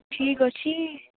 ଠିକ୍ ଅଛି